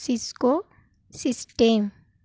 cisco system